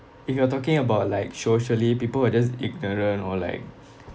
if you're talking about like socially people who are just ignorant or like